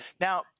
Now